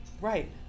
right